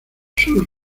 sus